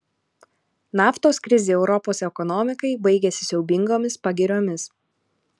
naftos krizė europos ekonomikai baigėsi siaubingomis pagiriomis